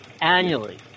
Annually